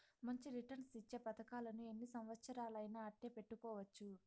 మంచి రిటర్న్స్ ఇచ్చే పతకాలను ఎన్ని సంవచ్చరాలయినా అట్టే పెట్టుకోవచ్చు